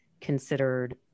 considered